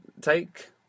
take